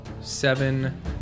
seven